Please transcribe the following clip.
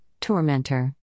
Tormentor